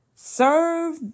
Serve